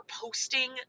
posting